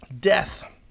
Death